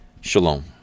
Shalom